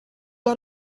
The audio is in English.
got